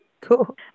Cool